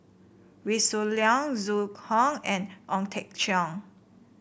Wee Shoo Leong Zhu Hong and Ong Teng Cheong